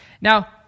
Now